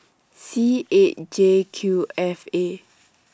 C eight J Q F A